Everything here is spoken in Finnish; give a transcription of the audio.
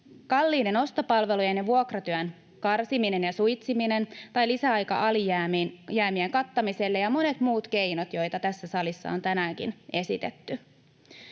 kalliiden ostopalvelujen ja vuokratyön karsiminen ja suitsiminen, lisäaika alijäämien kattamiselle ja monet muut keinot, joita tässä salissa on tänäänkin esitetty.